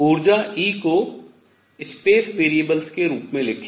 ऊर्जा E को अंतरिक्ष चरों के रूप में लिखें